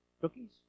cookies